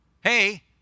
Hey